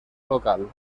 local